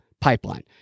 pipeline